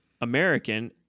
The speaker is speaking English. American